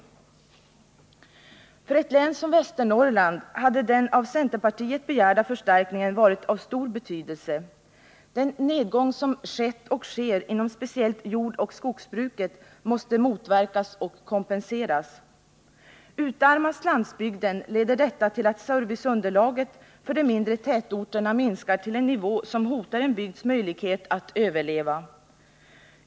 För ett län som Västernorrland hade den av centerpartiet begärda förstärkningen varit av stor betydelse. Den nedgång som skett och sker inom speciellt jordoch skogsbruket måste motverkas och kompenseras. Utarmas landsbygden leder detta till att serviceunderlaget för de mindre tätorterna minskar till en nivå som hotar en bygds möjlighet att överleva.